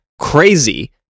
crazy